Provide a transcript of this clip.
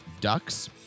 Ducks